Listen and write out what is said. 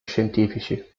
scientifici